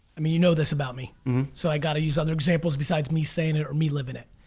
i mean, you know this about me so i gotta use other examples besides me saying or me living it.